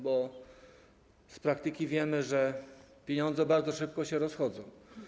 Bo z praktyki wiemy, że pieniądze bardzo szybko się rozchodzą.